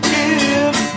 Give